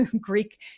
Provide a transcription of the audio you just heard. Greek